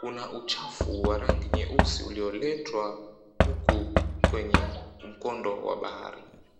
Kuna uchafu wa rangi nyeusi ulioletwa huku kwenye mkondo wa bahari m